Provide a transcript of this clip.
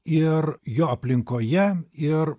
ir jo aplinkoje ir